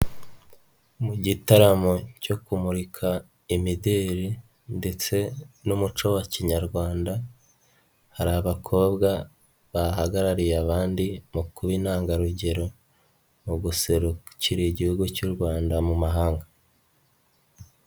Mu gitaramo cyo kumurika imideli ndetse n'umuco wa kinyarwanda, hari abakobwa bahagarariye abandi mu kuba intangarugero mu guserukira igihugu cy'urwanda mu mahanga.